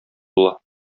була